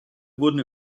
wurden